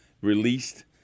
released